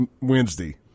Wednesday